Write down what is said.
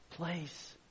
Place